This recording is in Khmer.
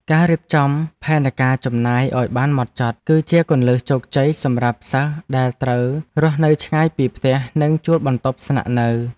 ការរៀបចំផែនការចំណាយឱ្យបានហ្មត់ចត់ គឺជាគន្លឹះជោគជ័យសម្រាប់សិស្សដែលត្រូវរស់នៅឆ្ងាយពីផ្ទះនិងជួលបន្ទប់ស្នាក់នៅ។